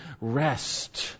Rest